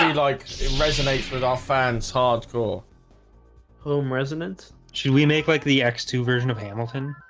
like resonates with our fans hardcore home resident. should we make like the x two version of hamilton?